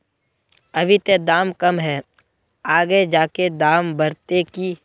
अभी ते दाम कम है आगे जाके दाम बढ़ते की?